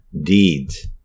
deeds